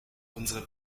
unsere